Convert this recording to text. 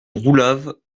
roulave